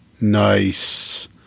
Nice